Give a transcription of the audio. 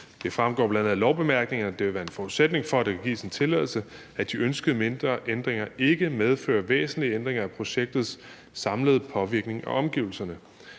Det fremgår bl.a. af lovbemærkningerne, at det vil være en forudsætning for, at der kan gives en tilladelse, at de ønskede mindre ændringer ikke medfører væsentlige ændringer af projektets samlede påvirkning af omgivelserne.